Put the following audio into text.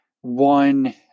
one